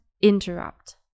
interrupt